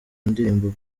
ndirimbo